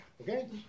okay